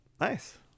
Nice